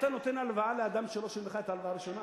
היית נותן הלוואה לאדם שלא שילם לך את ההלוואה הראשונה?